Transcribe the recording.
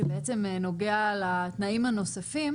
שבעצם נוגע לתנאים הנוספים,